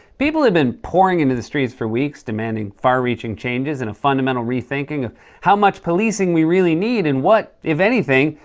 people have been pouring into the streets for weeks, demanding far-reaching changes and a fundamental rethinking of how much policing we really need, and what, if anything,